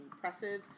presses